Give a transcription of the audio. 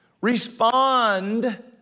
Respond